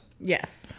Yes